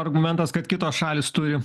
argumentas kad kitos šalys turi